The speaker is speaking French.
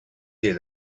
dès